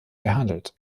gehandelt